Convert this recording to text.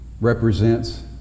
represents